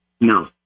No